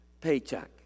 paycheck